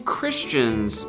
Christians